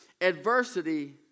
Adversity